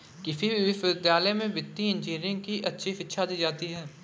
किसी भी विश्वविद्यालय में वित्तीय इन्जीनियरिंग की अच्छी शिक्षा दी जाती है